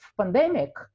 pandemic